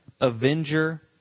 avenger